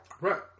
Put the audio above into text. Right